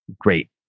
great